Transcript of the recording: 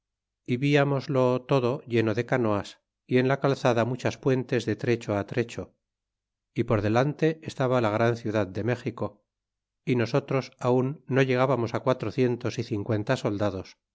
é viamoslo todo lleno de canoas y en la calzada muchas puentes de trecho a trecho y por delante estaba la gran ciudad de méxico y nosotros aun no llegábamos á quatrocientos y cincuenta soldados